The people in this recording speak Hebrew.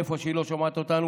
מאיפה שהיא לא שומעת אותנו,